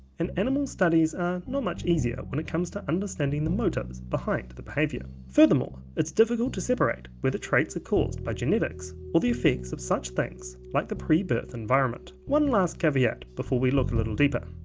and animal studies are not much easier when it comes to understanding the motives behind the behavior. furthermore, it's difficult to separate whether traits are caused by genetics or the effects of such things like the pre-birth environment. one last caveat before we look a little deeper,